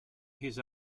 his